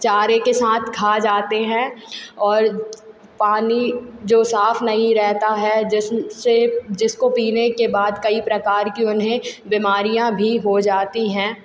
चारे के साथ खा जाते हैं और पानी जो साफ़ नहीं रहता है जेस्न से जिसको पीने के बाद कई प्रकार की उन्हें बीमारियाँ भी हो जाती हैं